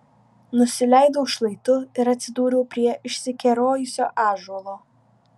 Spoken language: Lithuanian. nusileidau šlaitu ir atsidūriau prie išsikerojusio ąžuolo